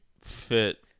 fit